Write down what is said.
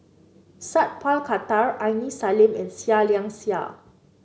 Sat Pal Khattar Aini Salim and Seah Liang Seah